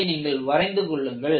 அதை நீங்கள் வரைந்து கொள்ளுங்கள்